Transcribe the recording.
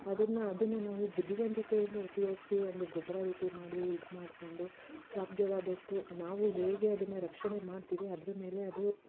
ಅದನ್ನು ಅದನ್ನು ನಾವು ಬುದ್ಧಿವಂತಿಕೆಯಿಂದ ಉಪಯೋಗಿಸಿ ಒಂದು ಗೊಬ್ಬರ ರೀತಿ ಮಾಡಿ ಇದು ಮಾಡಿಕೊಂಡು ಸಾಧ್ಯವಾದಷ್ಟು ನಾವು ಹೇಗೆ ಅದನ್ನು ರಕ್ಷಣೆ ಮಾಡ್ತೀವಿ ಆದ ಮೇಲೆ ಅದು